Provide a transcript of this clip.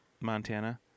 Montana